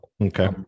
Okay